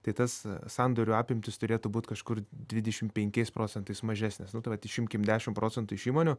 tai tas sandorių apimtys turėtų būt kažkur dvidešim penkiais procentais mažesnės nu tai va išimkim dešim procentų iš įmonių